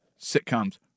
sitcoms